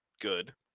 good